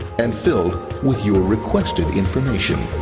and filled with your requested information,